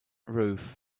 roof